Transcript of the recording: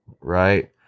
right